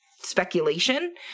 speculation